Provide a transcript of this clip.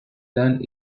done